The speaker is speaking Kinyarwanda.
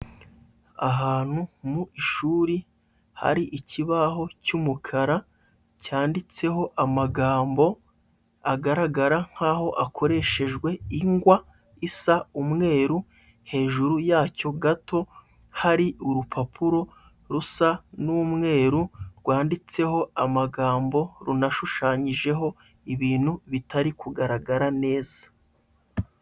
Ahantu mu ishuri hari ikibaho cy'umukara cyanditseho amagambo agaragara nk'aho akoreshejwe ingwa isa umweru, hejuru yacyo gato hari urupapuro rusa n'umweru, rwanditseho amagambo runashushanyijeho ibintu bitari kugaragara neza.